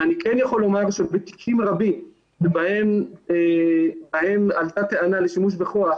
אני כן יכול לומר שבתיקים רבים שבהם עלתה טענה לשימוש בכוח